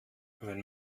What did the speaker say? wenn